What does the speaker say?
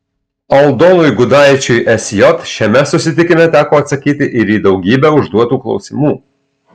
aldonui gudaičiui sj šiame susitikime teko atsakyti ir į daugybę užduotų klausimų